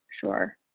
Sure